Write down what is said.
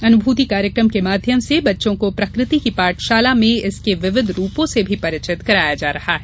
अनुभूति कार्यक्रम के माध्यम से बच्चों को प्रकृति की पाठशाला में इसके विविध रूपों से भी परिचित कराया जा रहा है